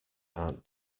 aunt